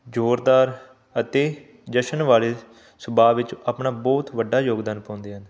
ਜ਼ੋਰਦਾਰ ਅਤੇ ਜਸ਼ਨ ਵਾਲੇ ਸੁਭਾਅ ਵਿੱਚ ਆਪਣਾ ਬਹੁਤ ਵੱਡਾ ਯੋਗਦਾਨ ਪਾਉਂਦੇ ਹਨ